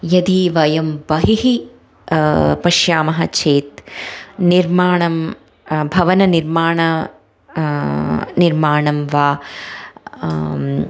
यदि वयं बहिः पश्यामः चेत् निर्माणं भवननिर्माणं निर्माणं वा